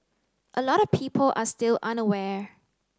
a lot of people are still unaware